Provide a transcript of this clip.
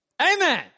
Amen